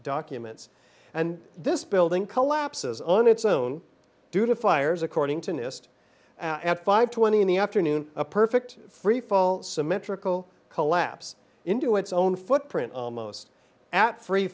documents and this building collapses on its own due to fires according to newest at five twenty in the afternoon a perfect freefall symmetrical collapse into its own footprint almost at free